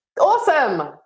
Awesome